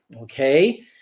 okay